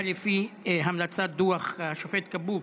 זה היה לפי המלצת דוח השופט כבוב.